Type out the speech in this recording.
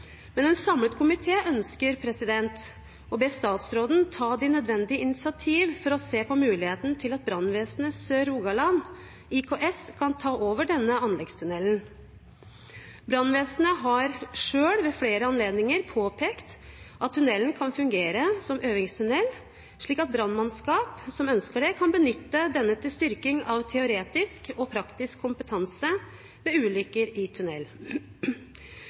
En samlet komité ønsker å be statsråden ta de nødvendige initiativ for å se på muligheten for at Brannvesenet Sør-Rogaland IKS kan ta over denne anleggstunnelen. Brannvesenet har selv ved flere anledninger påpekt at tunnelen kan fungere som øvingstunnel, slik at brannmannskap som ønsker det, kan benytte den til styrking av teoretisk og praktisk kompetanse ved ulykker i tunnel.